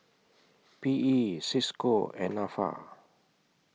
P E CISCO and Nafa